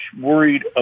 worried